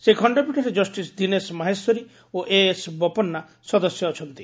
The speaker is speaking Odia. ସେହି ଖଣ୍ଡପୀଠରେ ଜଷ୍ଟିସ୍ ଦୀନେଶ ମାହେଶ୍ୱରୀ ଓ ଏଏସ୍ ବୋପନ୍ନା ସଦସ୍ୟ ଅଛନ୍ତି